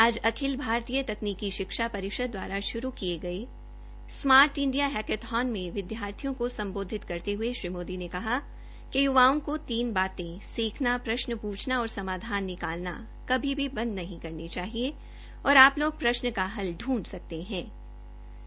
आज अखिल भारतीय तकनीकी शिक्षा परिषद द्वारा शुरू किए गए स्मार्ट इंडिया हैकाथन में विद्यार्थियों को संबोधित करते हए श्री मोदी ने कहा कि युवाओं को तीन बातें शिक्षा परीक्षा व प्रश्न पूछना और समाधान निकालना कभी भी बंद नहीं करनी चाहिए और आप लोग प्रश्न का हल ढूंड निकालोगे